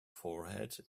forehead